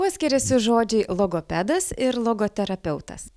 kuo skiriasi žodžiai logopedas ir logoterapeutas